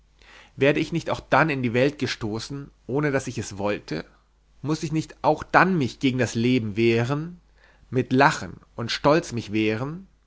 werde ich nicht auch dann in die welt gestoßen ohne daß ich es wollte muß ich nicht auch dann mich gegen das leben wehren mit lachen und stolz mich wehren